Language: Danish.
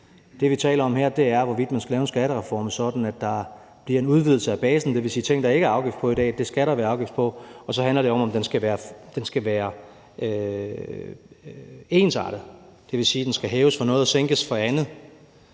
Det, vi taler om her, er, hvorvidt man skal lave en skattereform, sådan at der bliver en udvidelse af basen. Det vil sige, at ting, der ikke er afgift på i dag, skal der være afgift på, og så handler det om, om den skal være ensartet – det vil sige, at den skal hæves for noget og sænkes for andet.